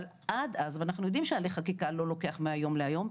אבל עד אז ואנחנו יודעים שהרי חקיקה לא לוקח מהיום להיום,